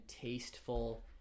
tasteful